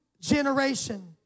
generation